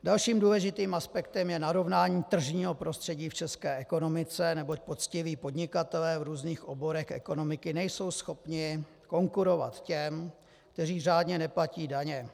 Dalším důležitým aspektem je narovnání tržního prostředí v české ekonomice, neboť poctiví podnikatelé v různých oborech ekonomiky nejsou schopni konkurovat těm, kteří řádně neplatí daně.